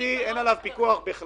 הפרטי אין בכלל פיקוח.